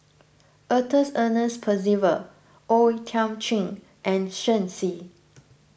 Arthur Ernest Percival O Thiam Chin and Shen Xi